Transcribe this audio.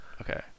Okay